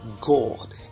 God